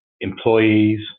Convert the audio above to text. employees